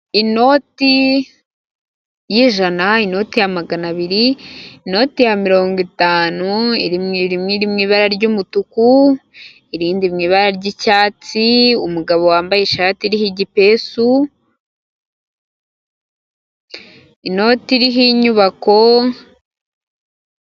Inoti y'ijana, inoti ya magana abiri, inoti ya mirongo itanu, iri mu ibara ry'umutuku iyindi mu ibara ry'icyatsi umugabo wambaye ishati iriho igipesu inoti iriho inyubako.